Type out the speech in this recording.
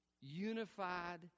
Unified